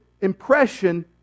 impression